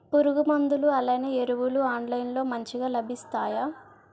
పురుగు మందులు అలానే ఎరువులు ఆన్లైన్ లో మంచిగా లభిస్తాయ?